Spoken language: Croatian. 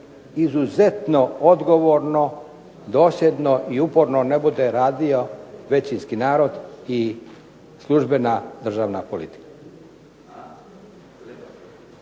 izuzetno odgovorno, dosljedno i uporno ne bude radio većinski narod i službena državna politika.